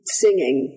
singing